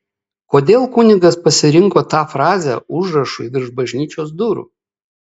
kodėl kunigas pasirinko tą frazę užrašui virš bažnyčios durų